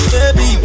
Baby